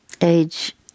age